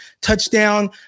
touchdown